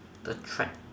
the track